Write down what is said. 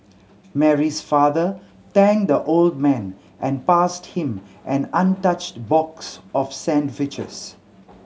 Mary's father thanked the old man and passed him an untouched box of sandwiches